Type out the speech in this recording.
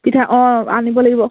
পিঠা অঁ আনিব লাগিব